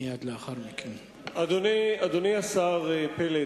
אדוני השר פלד,